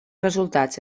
resultats